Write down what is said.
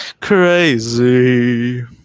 Crazy